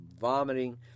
vomiting